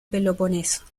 peloponeso